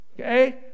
okay